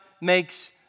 makes